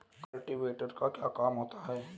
Cultivator का क्या काम होता है?